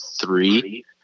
three